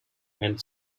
and